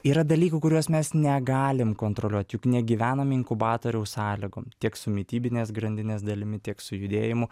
yra dalykų kuriuos mes negalim kontroliuot juk negyvename inkubatoriaus sąlygom tiek su mitybinės grandinės dalimi tiek su judėjimu